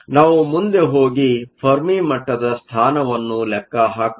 ನಾವು ಮುಂದೆ ಹೋಗಿ ಫೆರ್ಮಿಮಟ್ಟದ ಸ್ಥಾನವನ್ನು ಲೆಕ್ಕ ಹಾಕಬಹುದು